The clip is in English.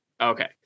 Okay